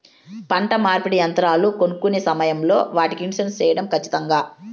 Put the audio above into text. పంట నూర్పిడి యంత్రాలు కొనుక్కొనే సమయం లో వాటికి ఇన్సూరెన్సు సేయడం ఖచ్చితంగా?